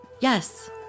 yes